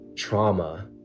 trauma